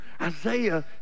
Isaiah